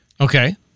Okay